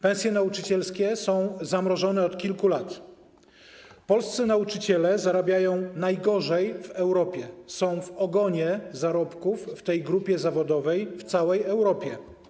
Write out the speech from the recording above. Pensje nauczycielskie są zamrożone od kilku lat, polscy nauczyciele zarabiają najgorzej w Europie, są w ogonie zarobków w tej grupie zawodowej w całej Europie.